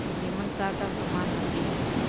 ईमन का का समान लगी?